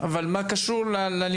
אבל איך זה קשור ללימודים?